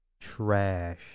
Trash